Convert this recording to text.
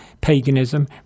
paganism